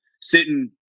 sitting